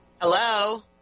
Hello